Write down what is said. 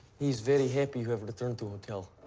he's very happy you have returned to hotel.